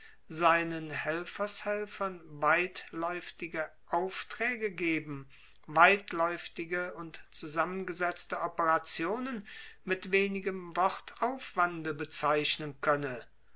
seinen helfershelfern weitläuftige aufträge geben weitläuftige und zusammengesetzte operationen mit wenigem wortaufwande bezeichnen könne